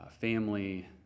family